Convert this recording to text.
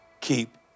keep